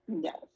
Yes